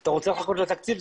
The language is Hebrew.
אתה רוצה לחכות לתקציב?